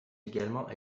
également